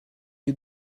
you